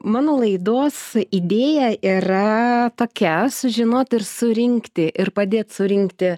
mano laidos idėja yra tokia sužinoti ir surinkti ir padėt surinkti